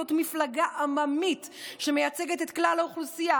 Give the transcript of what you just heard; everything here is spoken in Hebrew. זאת מפלגה עממית שמייצגת את כלל האוכלוסייה,